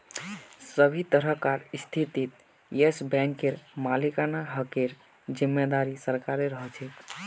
सभी तरहकार स्थितित येस बैंकेर मालिकाना हकेर जिम्मेदारी सरकारेर ह छे